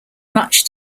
much